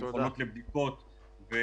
מכונות לבדיקות,